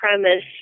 premise